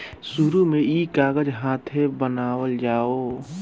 शुरु में ई कागज हाथे बनावल जाओ